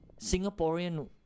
singaporean